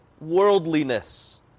worldliness